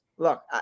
Look